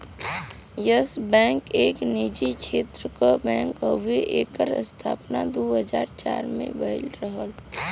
yes Bank एक निजी क्षेत्र क बैंक हउवे एकर स्थापना दू हज़ार चार में भयल रहल